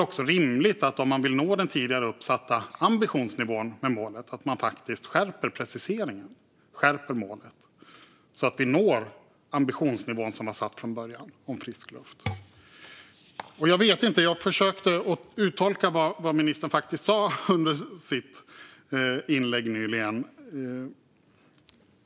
Om man vill nå den tidigare uppsatta ambitionsnivån är det väl rimligt att man skärper preciseringarna i målet så att vi når den ambitionsnivå om frisk luft som var satt från början. Jag försökte att uttolka vad ministern sa i sitt inlägg nyligen.